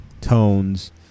tones